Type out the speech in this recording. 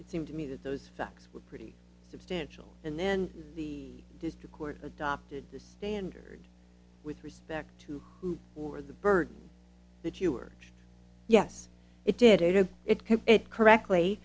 it seemed to me that those folks were pretty substantial and then the district court adopted the standard with respect to who we were the burden that you are yes it did it or it could it correctly